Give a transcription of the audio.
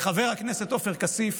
חבר הכנסת עופר כסיף